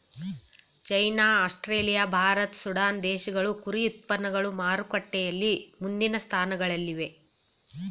China Australia Bharat Sudan ದೇಶಗಳು ಕುರಿ ಉತ್ಪನ್ನಗಳು ಮಾರುಕಟ್ಟೆಯಲ್ಲಿ ಮುಂದಿನ ಸ್ಥಾನಗಳಲ್ಲಿವೆ